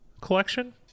collection